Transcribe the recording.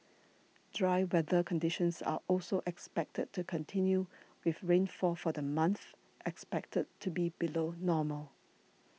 dry weather conditions are also expected to continue with rainfall for the month expected to be below normal